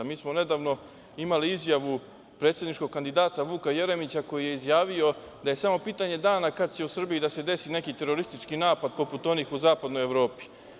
Mi smo nedavno imali izjavu predsedničkog kandidata Vuka Jeremića koji je izjavio da je samo pitanje dana kada će u Srbiji da se desi neki teroristički napad poput onih u zapadnoj Evropi.